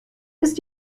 ist